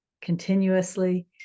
continuously